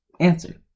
answer